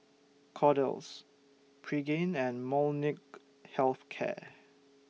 Kordel's Pregain and Molnylcke Health Care